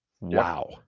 Wow